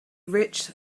rich